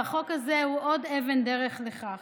והחוק הזה הוא עוד אבן דרך לכך.